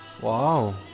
Wow